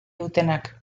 dutenak